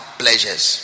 pleasures